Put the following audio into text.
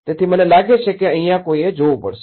તેથી મને લાગે છે કે અહીંયા કોઈએ જોવું પડશે